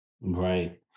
Right